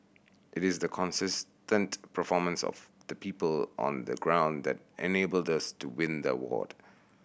it is the consistent performance of the people on the ground that enabled thus to win the award